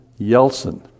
Yeltsin